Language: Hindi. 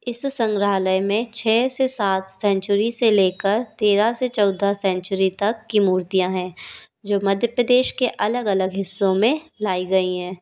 इस संग्रहालय में छः से सात सेंचुरी से लेकर तेरह से चौदह सेंचुरी तक की मूर्तियाँ हैं जो मध्य प्रदेश के अलग अलग हिस्सों में लाई गई हैं